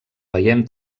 veiem